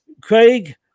craig